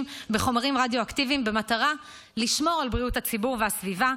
בחומרים רדיואקטיביים במטרה לשמור על בריאות הציבור והסביבה.